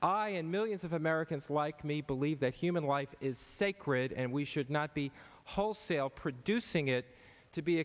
i and millions of americans like me believe that human life is sacred and we should not be wholesale producing it to be